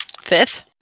Fifth